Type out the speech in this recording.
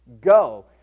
go